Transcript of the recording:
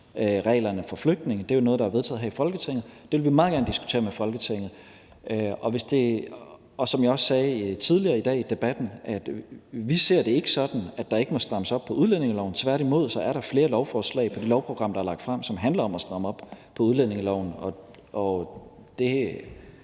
for flygtninge. Det er jo noget, der er vedtaget her i Folketinget, og det vil vi meget gerne diskutere med Folketinget. Og som jeg også sagde tidligere i dag i debatten: Vi ser det ikke sådan, at der ikke må strammes op på udlændingeloven. Tværtimod er der flere lovforslag på det lovprogram, der er lagt frem, som handler om at stramme op på udlændingeloven, og det